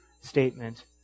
statement